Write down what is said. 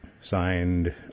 signed